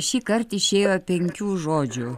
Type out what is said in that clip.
šįkart išėjo penkių žodžių